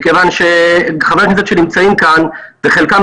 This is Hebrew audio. מכיוון חלק מחברי הכנסת שנמצאים כאן מכירים